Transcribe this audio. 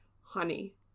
honey